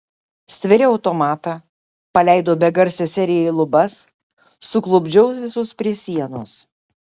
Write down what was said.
stvėriau automatą paleidau begarsę seriją į lubas suklupdžiau visus prie sienos